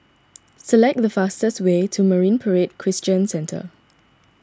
select the fastest way to Marine Parade Christian Centre